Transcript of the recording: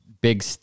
big